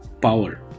power